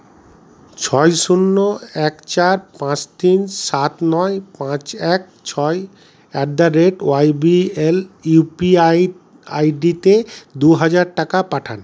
ছয় শূন্য এক চার পাঁচ তিন সাত নয় পাঁচ এক ছয় at the rate Y B L U P I আইডিতে দুহাজার টাকা পাঠান